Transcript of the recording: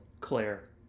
Claire